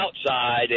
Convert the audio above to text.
outside